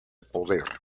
poder